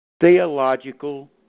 Theological